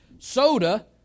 soda